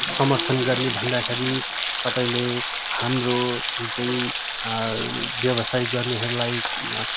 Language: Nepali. समर्थन गर्ने भन्दाखेरि तपाईँले हाम्रो जुन चाहिँ व्यवसाय गर्नेहरूलाई